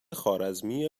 خوارزمی